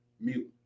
Mute